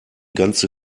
ganze